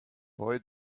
boy